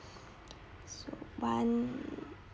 so one